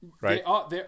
right